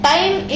Time